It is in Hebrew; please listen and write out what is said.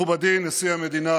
מכובדי נשיא המדינה